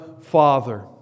Father